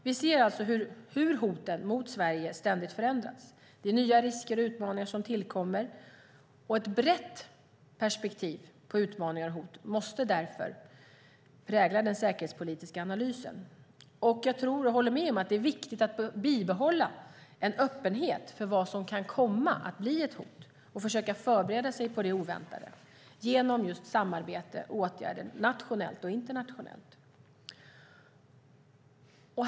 Vi ser alltså hur hoten mot Sverige ständigt förändras. Det är nya risker och utmaningar som tillkommer. Ett brett perspektiv på utmaningar och hot måste därför prägla den säkerhetspolitiska analysen. Jag håller med om att det är viktigt att bibehålla en öppenhet för vad som kan komma att bli ett hot och försöka förbereda sig på det oväntade genom just samarbete och åtgärder nationellt och internationellt.